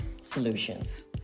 solutions